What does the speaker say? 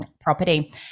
property